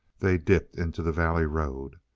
they dipped into the valley road.